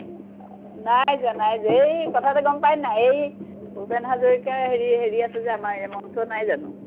নাই যোৱা নাই যোৱা এই কথা এটা গম পাইনে নাই এই ভূপেন হাজৰিকাৰ হেৰি হেৰি আছে যে আমাৰ ইয়াত এই মঞ্চ নাই জানো